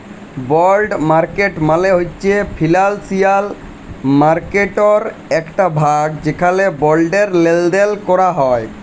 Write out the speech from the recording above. বল্ড market মালে হছে financial মার্কেটটর একট ভাগ যেখালে বল্ডের লেলদেল ক্যরা হ্যয়